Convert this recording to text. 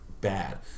bad